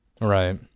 Right